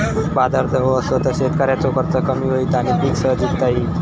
बाजार जवळ असलो तर शेतकऱ्याचो खर्च कमी होईत आणि पीक सहज इकता येईत